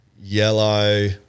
yellow